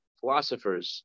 philosophers